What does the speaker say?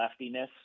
leftiness